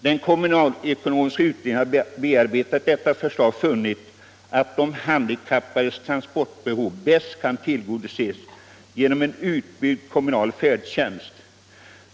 Den kommunalekonomiska utredningen har bearbetat detta förslag och funnit att de handikappades transportbehov bäst kan tillgodoses genom en utbyggd kommunal färdtjänst.